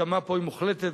וההסכמה פה היא מוחלטת,